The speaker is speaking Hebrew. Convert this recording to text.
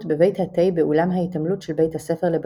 בבית התה באולם ההתעמלות של בית הספר לבנות.